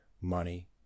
Money